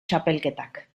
txapelketak